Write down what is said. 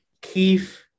Keith